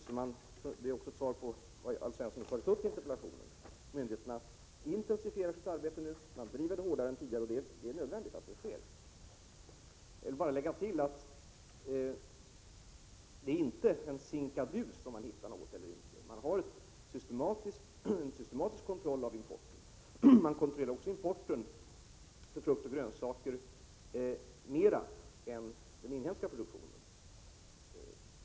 Detta är också ett svar på de frågor Alf Svensson har ställt i sin interpellation. Myndigheterna intensifierar således sitt arbete nu. Man driver dessa frågor hårdare än tidigare, och det är nödvändigt att så sker. Sedan vill jag bara tillägga att det inte är en sinkadus om man hittar något eller inte. Man kontrollerar importen systematiskt. Dessutom kontrollerar man importen av frukt och grönsaker noggrannare än man gör när det gäller den inhemska produktionen.